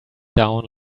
down